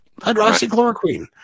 Hydroxychloroquine